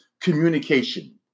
communication